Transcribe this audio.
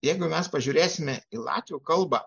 jeigu mes pažiūrėsime į latvių kalbą